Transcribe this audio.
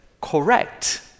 correct